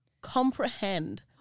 comprehend